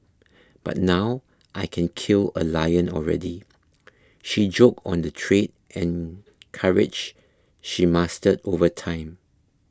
but now I can kill a lion already she joked on the trade and courage she mastered over time